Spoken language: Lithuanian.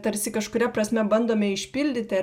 tarsi kažkuria prasme bandome išpildyti